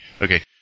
Okay